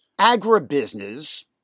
Agribusiness